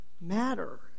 matter